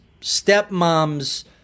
stepmom's